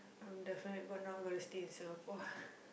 um definitely we're not gonna stay in Singapore